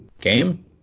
game